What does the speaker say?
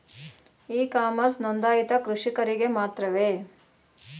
E commerce ನೊಂದಾಯಿತ ಕೃಷಿಕರಿಗೆ ಮಾತ್ರವೇ?